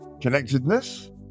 Connectedness